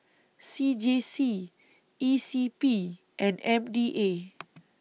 C J C E C P and M D A